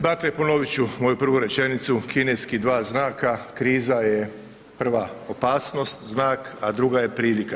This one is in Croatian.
Dakle ponovit ću moju prvu rečenicu, kineskih dva znaka, kriza je prva opasnost znak a druga je prilika.